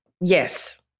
Yes